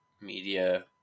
media